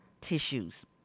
tissues